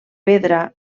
pedra